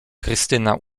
krystyna